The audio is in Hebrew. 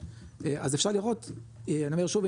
אז אפשר לראות אני אומר שוב,